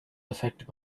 affected